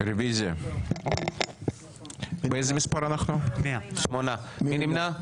מי נמנע?